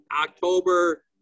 October